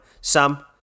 Sam